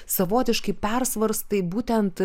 savotiškai persvarstai būtent